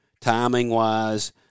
timing-wise –